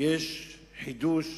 יש חידוש.